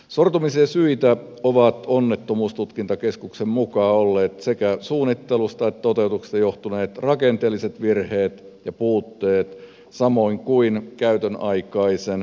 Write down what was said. sortumisen syitä ovat onnettomuustutkintakeskuksen mukaan olleet sekä suunnittelusta että toteutuksesta johtuneet rakenteelliset virheet ja puutteet samoin kuin käytönaikaisen ylläpidonkin puutteet